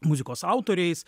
muzikos autoriais